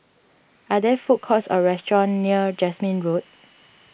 are there food courts or restaurants near Jasmine Road